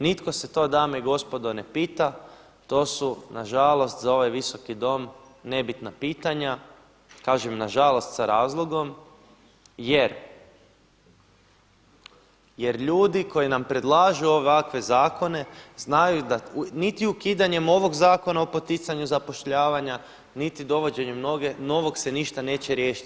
Nitko se to dame i gospodo ne pita, to su nažalost za ovaj visoki dom nebitna pitanja, kažem nažalost sa razlogom jer ljudi koji nam predlažu ovakve zakone znaju da niti ukidanjem ovog Zakona o poticanju zapošljavanja, niti dovođenjem novog se ništa neće riješiti.